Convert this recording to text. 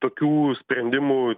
tokių sprendimų